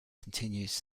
continues